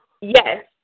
Yes